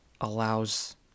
allows